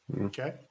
Okay